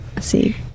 See